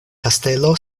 kastelo